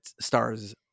stars